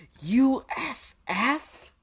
USF